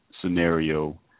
scenario